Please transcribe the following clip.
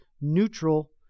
neutral